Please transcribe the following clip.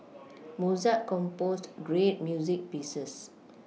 Mozart composed great music pieces